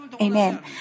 amen